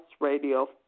radio